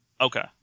Okay